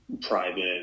private